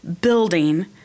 building